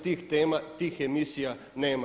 Tih tema, tih emisija nema.